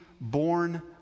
born